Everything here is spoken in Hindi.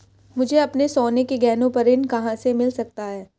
मुझे अपने सोने के गहनों पर ऋण कहां से मिल सकता है?